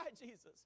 Jesus